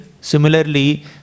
Similarly